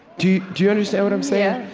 do do you understand what i'm saying?